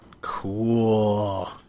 Cool